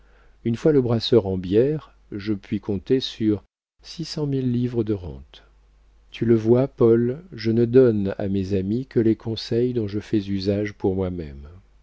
une fois le brasseur en bière je puis compter sur six cent mille livres de rente tu le vois paul je ne donne à mes amis que les conseils dont je fais usage pour moi-même